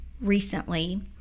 recently